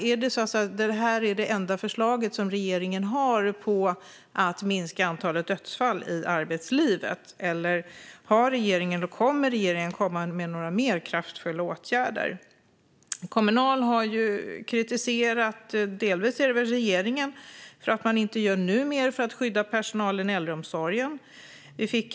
Är detta det enda förslag som regeringen har för att minska antalet dödsfall i arbetslivet, eller kommer regeringen att komma med några mer kraftfulla åtgärder? Kommunal har ju - delvis - kritiserat regeringen för att man nu inte gör mer för att skydda personalen i äldreomsorgen.